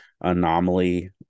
anomaly